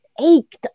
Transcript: ached